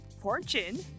fortune